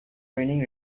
raining